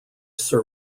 sir